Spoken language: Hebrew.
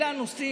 אלה הנושאים.